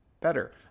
better